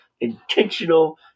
intentional